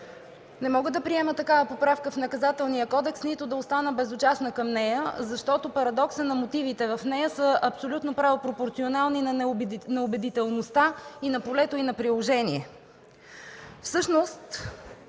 Не мога да приема такава поправка в Наказателния кодекс, нито да остана безучастна, защото парадоксът на мотивите в нея са абсолютно право пропорционални на убедителността и на полето й на приложението.